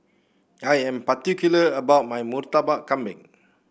I am particular about my Murtabak Kambing